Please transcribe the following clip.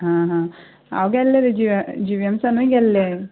हां हां हांव गेल्ले रे जिवी जिवीएमसानूय गेल्ले